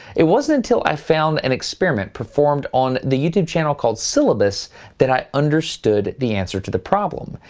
it wasn't until i found an experiment performed on the youtube channel called scilabus that i understood the answer to the problem.